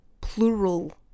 Plural